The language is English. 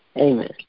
Amen